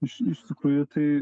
iš iš tikrųjų tai